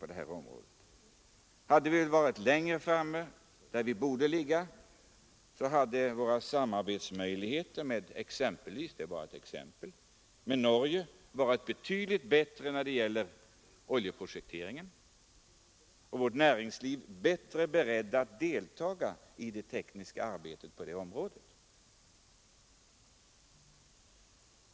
Hade vi befunnit oss längre fram, där vi borde ligga, hade våra samarbetsmöjligheter med exempelvis Norge varit betydligt bättre när det gäller oljeprojektering. Vårt näringsliv hade varit bättre berett att delta i det tekniska arbetet på det området.